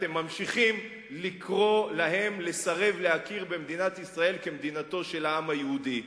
ואתם ממשיכים לקרוא להם לסרב להכיר במדינת ישראל כמדינתו של העם היהודי.